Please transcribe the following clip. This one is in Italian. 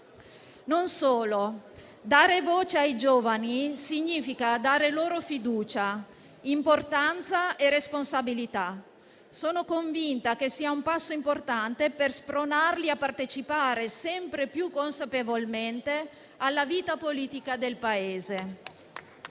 Non solo, dare voce ai giovani significa dare loro fiducia, importanza e responsabilità. Sono convinta che sia un passo importante per spronarli a partecipare sempre più consapevolmente alla vita politica del Paese.